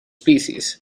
species